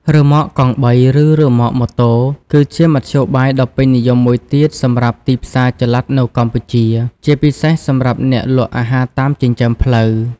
រ៉ឺម៉កកង់បី ឬ រ៉ឺម៉កម៉ូតូ គឺជាមធ្យោបាយដ៏ពេញនិយមមួយទៀតសម្រាប់ទីផ្សារចល័តនៅកម្ពុជា ជាពិសេសសម្រាប់អ្នកលក់អាហារតាមចិញ្ចើមផ្លូវ។